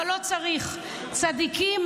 אבל לא צריך: צדיקים,